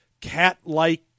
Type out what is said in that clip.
cat-like